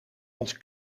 ons